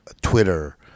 twitter